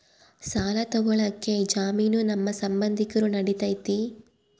ಸಾಲ ತೊಗೋಳಕ್ಕೆ ಜಾಮೇನು ನಮ್ಮ ಸಂಬಂಧಿಕರು ನಡಿತೈತಿ?